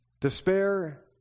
despair